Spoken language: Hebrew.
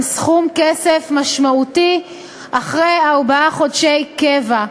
סכום כסף משמעותי אחרי ארבעה חודשי קבע,